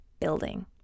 building